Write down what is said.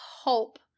hope